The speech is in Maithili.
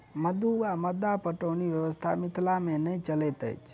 मद्दु वा मद्दा पटौनी व्यवस्था मिथिला मे नै चलैत अछि